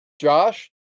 Josh